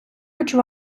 хочу